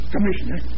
Commissioner